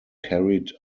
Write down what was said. carried